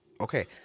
Okay